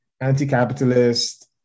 anti-capitalist